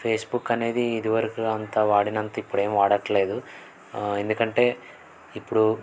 Facebook అనేది ఇదివరకు అంత వాడినంత ఇప్పుడేం వాడట్లేదు ఎందుకంటే ఇప్పుడు